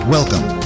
Welcome